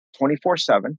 24-7